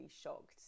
shocked